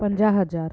पंजाह हज़ार